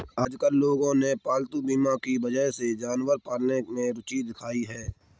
आजकल लोगों ने पालतू बीमा की वजह से जानवर पालने में रूचि दिखाई है